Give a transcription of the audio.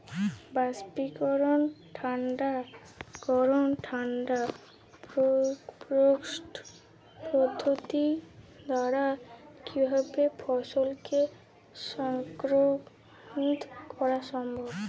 বাষ্পীকরন ঠান্ডা করণ ঠান্ডা প্রকোষ্ঠ পদ্ধতির দ্বারা কিভাবে ফসলকে সংরক্ষণ করা সম্ভব?